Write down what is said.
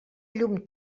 llum